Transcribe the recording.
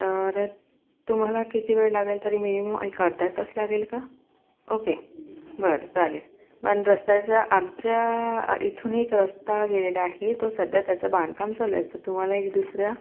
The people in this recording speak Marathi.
तर तुम्हाला किती वेळ लागेल तरी मिनिमम एक अर्धा तास लागेल का ओके बरं चालेल पण रस्त्याच्या आमच्या इथून एक रस्ता गेलेला आहे तो सध्या त्याचं बांधकाम चालू आहे तर तुम्हाला एक दुसऱ्या